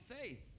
faith